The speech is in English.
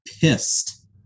pissed